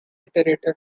iterator